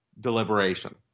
deliberation